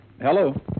Hello